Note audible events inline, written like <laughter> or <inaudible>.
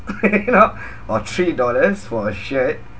<laughs> you know or three dollars for a shirt